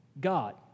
God